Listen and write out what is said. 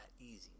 easy